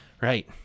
right